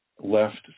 left